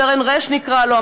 סרן ר' נקרא לו,